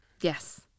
Yes